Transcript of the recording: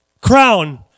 Crown